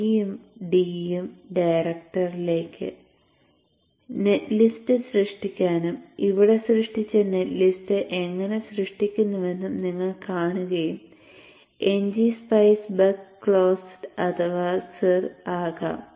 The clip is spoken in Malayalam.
C യും d യും ഡയറക്ടറിയിലേക്ക് നെറ്റ് ലിസ്റ്റ് സൃഷ്ടിക്കാനും ഇവിടെ സൃഷ്ടിച്ച നെറ്റ് ലിസ്റ്റ് എങ്ങനെ സൃഷ്ടിക്കുന്നുവെന്നും നിങ്ങൾ കാണുകയും ngസ്പൈസ് ബക്ക് ക്ലോസ് അഥവാ cir ആകാം